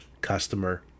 customer